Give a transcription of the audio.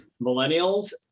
millennials